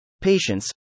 patience